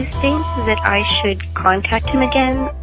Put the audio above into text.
think that i should contact him again?